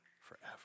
forever